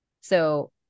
So-